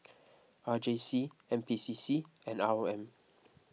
R J C N P C C and R O M